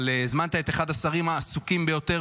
אבל הזמנת את אחד השרים העסוקים ביותר